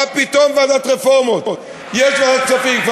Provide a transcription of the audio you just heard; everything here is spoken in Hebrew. אתה בכל